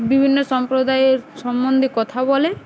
বিভিন্ন সম্প্রদায়ের সম্বন্ধে কথা বলে